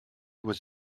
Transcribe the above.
was